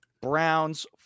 Browns